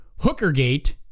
Hookergate